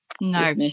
No